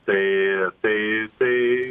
tai tai tai